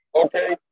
okay